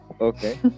Okay